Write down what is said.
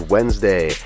Wednesday